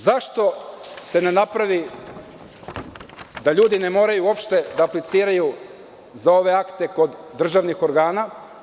Zašto se ne napravi da ljudi ne moraju uopšte da apliciraju za ove akte kod državnih organa.